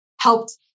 helped